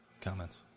comments